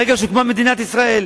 ברגע שהוקמה מדינת ישראל,